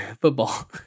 football